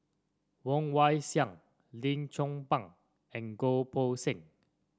Woon Wah Siang Lim Chong Pang and Goh Poh Seng